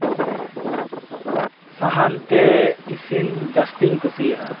ᱥᱟᱦᱟᱱᱛᱮ ᱤᱥᱤᱱ ᱡᱟᱥᱛᱤᱧ ᱠᱩᱥᱤᱭᱟᱜᱼᱟ